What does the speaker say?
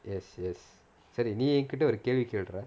yes yes சரி நீ என்கிட்டே ஒரு கேள்வி கேளுடா:sari nee enkitta oru kelvi keludaa